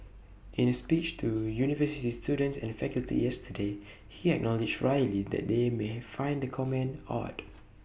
in A speech to university students and faculty yesterday he acknowledged wryly that they may find the comment odd